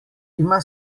ima